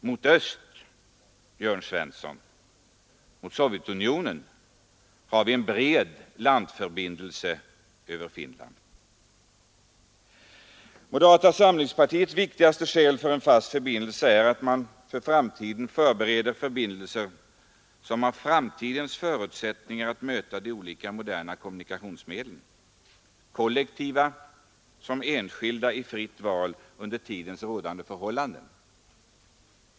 Mot öst och mot Sovjetunionen, herr Jörn Svensson, har vi en bred landförbindelse över Finland. Moderata samlingspartiets viktigaste skäl för en fast förbindelse är att man för framtiden förbereder förbindelser som har framtidens förutsättningar att möta de olika moderna kommunikationsmedlen, kollektiva som enskilda, i fritt val under tidens rådande förhållanden.